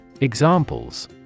Examples